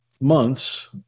months